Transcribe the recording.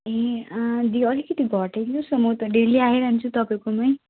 ए दी अलिकति घटाइदिनुहोस् न म त डेली आइरहन्छु तपाईँकोमै